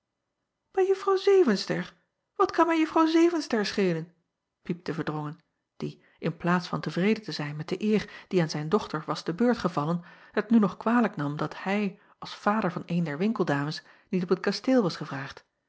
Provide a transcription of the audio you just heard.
ij uffrouw evenster at kan mij uffrouw evenster schelen piepte erdrongen die in plaats van tevreden te zijn met de eer die aan zijn dochter was te beurt gevallen het nu nog kwalijk nam dat hij als vader van eene der winkeldames niet op t kasteel was gevraagd